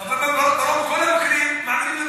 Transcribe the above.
אבל אני, אבל בכל המקרים מעבירים לוועדה.